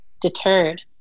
deterred